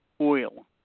oil